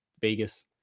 vegas